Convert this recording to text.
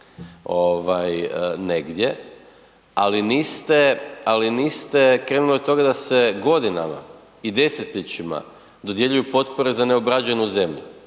negdje, ali niste krenuli od toga da se godinama i desetljećima dodjeljuju potpore za neobrađenu zemlju